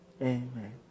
Amen